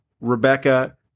Rebecca